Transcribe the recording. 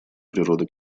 природы